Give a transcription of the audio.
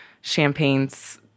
champagnes